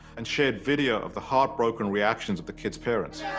and shared video of the heartbroken reactions of the kidsi parents.